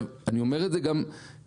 אני אומר את זה גם בפליאה.